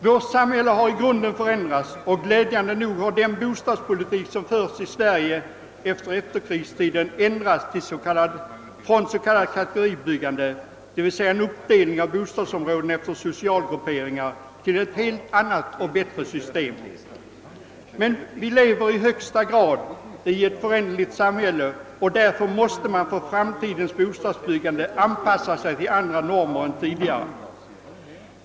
Vårt samhälle har i grunden förändrats, och glädjande nog har den bostadspolitik som förts i Sverige under efterkrigstiden ändrats från s.k. kategoriboende, d.v.s. en uppdelning av bostadsområdena efter socialgrupperingar, till ett helt annat och bättre system. Men vi lever i högsta grad i ett föränderligt samhälle, och därför måste man för framtidens bostadsbyggande anpasa sig till andra normer än tidigare.